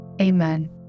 amen